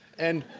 and